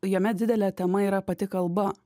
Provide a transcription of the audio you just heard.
jame didelė tema yra pati kalba